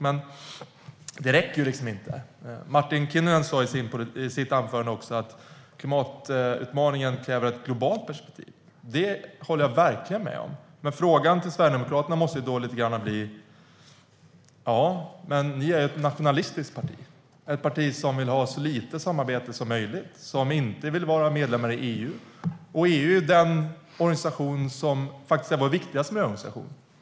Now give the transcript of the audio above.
Men det räcker inte. Martin Kinnunen sa också i sitt anförande att klimatutmaningen kräver ett globalt perspektiv. Det håller jag verkligen med om. Men Sverigedemokraterna är ju ett nationalistiskt parti, ett parti som vill ha så lite sam-arbete som möjligt och som inte vill att Sverige ska vara medlem i EU. EU är vår viktigaste miljöorganisation.